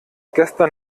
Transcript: gestern